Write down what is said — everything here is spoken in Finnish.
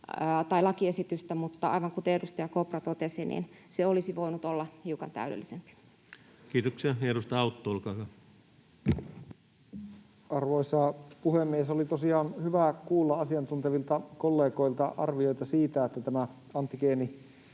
tätä lakiesitystä, mutta aivan kuten edustaja Kopra totesi, se olisi voinut olla hiukan täydellisempi. Kiitoksia. — Edustaja Autto, olkaa hyvä. Arvoisa puhemies! Oli tosiaan hyvä kuulla asiantuntevilta kollegoilta arvioita siitä, että tämä